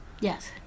yes